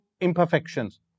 imperfections